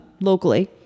locally